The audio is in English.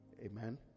Amen